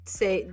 say